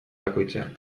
bakoitzean